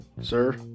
Sir